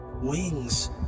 wings